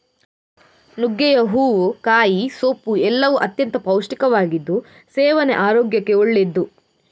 ನುಗ್ಗೆಯ ಹೂವು, ಕಾಯಿ, ಸೊಪ್ಪು ಎಲ್ಲವೂ ಅತ್ಯಂತ ಪೌಷ್ಟಿಕವಾಗಿದ್ದು ಸೇವನೆ ಆರೋಗ್ಯಕ್ಕೆ ಒಳ್ಳೆದ್ದು